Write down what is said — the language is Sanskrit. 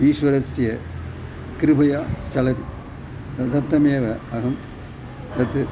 ईश्वरस्य कृपया चलति तदर्थमेव अहं तत्